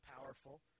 powerful